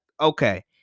okay